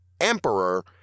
Emperor